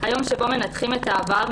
היום שבו מנתחים את העבר,